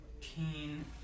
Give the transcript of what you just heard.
teen